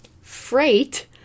freight